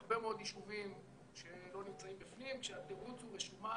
הרבה מאוד יישובים שלא נמצאים בפנים שהתירוץ הוא רשימה